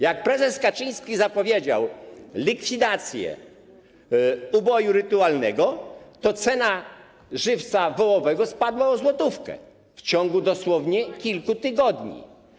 Jak prezes Kaczyński zapowiedział likwidację uboju rytualnego, to cena żywca wołowego spadła o złotówkę w ciągu dosłownie kilku tygodni.